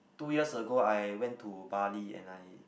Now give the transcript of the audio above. two years ago I went to Bali and I